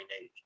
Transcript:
age